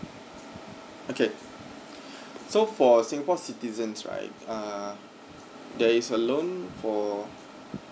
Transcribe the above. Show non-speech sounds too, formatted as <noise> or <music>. okay <breath> so for singapore citizens right uh there is a loan for